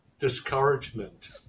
discouragement